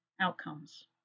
outcomes